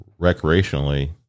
recreationally